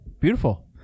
beautiful